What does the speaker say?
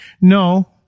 No